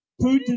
Putin